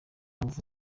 ngufu